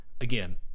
again